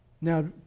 Now